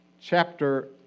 chapter